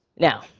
now,